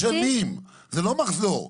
15,000 זה תוצאה של כמה שנים, זה לא מחזור.